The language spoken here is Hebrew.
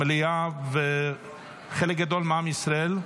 המליאה וחלק גדול מעם ישראל,